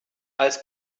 als